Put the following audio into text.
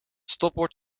stopbord